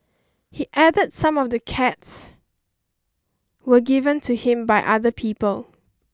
he added some of the cats were given to him by other people